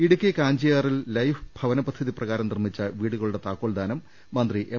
ഇടുക്കി ഗഞ്ചിയാറിൽ ലൈഫ് ഭവന പദ്ധതി പ്രകാരം നിർമിച്ച വീടുകളുടെ താക്കോൽദാനം മന്ത്രി എം